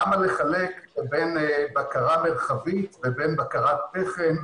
למה לחלק בין בקרה מרחבית לבקרת תכן?